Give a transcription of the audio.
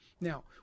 Now